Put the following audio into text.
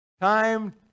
Time